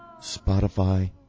Spotify